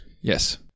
Yes